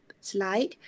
slide